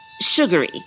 sugary